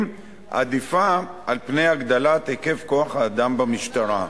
עדיפה על פני הגדלת היקף כוח-האדם במשטרה.